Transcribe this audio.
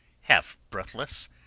half-breathless